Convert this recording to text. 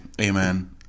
amen